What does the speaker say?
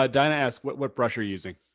ah diana asks what what brush are you using?